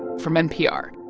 from npr